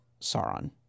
Sauron